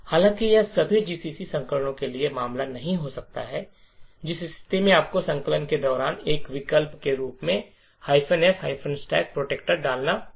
हालांकि यह सभी जीसीसी संस्करणों के लिए मामला नहीं हो सकता है जिस स्थिति में आपको संकलन के दौरान एक विकल्प के रूप में f stack protector डालना होगा